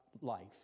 life